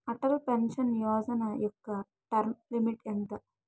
Atal pension Yojana యెక్క term limit ఎంత?